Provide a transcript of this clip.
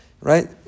right